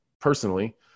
Personally